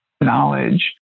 knowledge